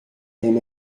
him